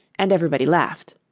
and everybody laughed,